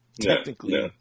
technically